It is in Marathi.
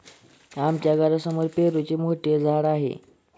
आमच्या घरासमोर पेरूचे मोठे झाड आहे